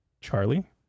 Charlie